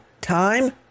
time